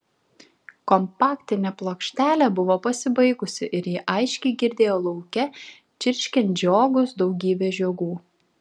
kompaktinė plokštelė buvo pasibaigusi ir ji aiškiai girdėjo lauke čirškiant žiogus daugybę žiogų